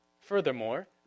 Furthermore